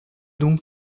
donc